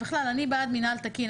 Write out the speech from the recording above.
בכלל, אני בעד מינהל תקין.